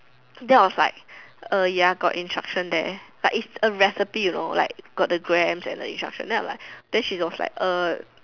that was like ya got instruction there like it's a recipe you know like got the grams and instruction then I'm like then she was like